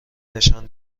نشان